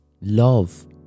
Love